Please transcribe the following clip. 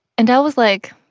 and l was like,